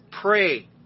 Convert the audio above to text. Pray